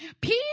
Peace